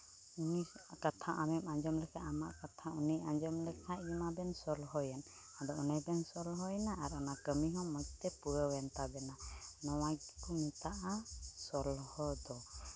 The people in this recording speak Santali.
ᱩᱱᱤᱭᱟᱜ ᱠᱟᱛᱷᱟ ᱟᱢᱮᱢ ᱟᱸᱡᱚᱢ ᱞᱮᱠᱷᱟᱱ ᱟᱢᱟᱜ ᱠᱟᱛᱷᱟ ᱩᱱᱤᱭ ᱟᱸᱡᱚᱢ ᱞᱮᱠᱷᱟᱱ ᱢᱟᱵᱮᱱ ᱥᱚᱞᱦᱮᱭᱮᱱ ᱟᱫᱚ ᱚᱱᱮ ᱵᱮᱱ ᱥᱚᱞᱦᱮᱭᱮᱱᱟ ᱟᱨ ᱚᱱᱟ ᱠᱟᱹᱢᱤ ᱦᱚᱸ ᱢᱚᱡᱽ ᱛᱮ ᱯᱩᱨᱟᱹᱣᱮᱱ ᱛᱟᱵᱮᱱᱟ ᱱᱚᱣᱟ ᱜᱮᱠᱚ ᱢᱮᱛᱟᱜᱼᱟ ᱥᱚᱞᱦᱮ ᱫᱚ